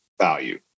value